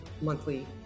monthly